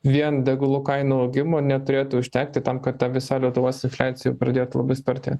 vien degalų kainų augimo neturėtų užtekti tam kad ta visa lietuvos infliacija jau pradėtų labai sparti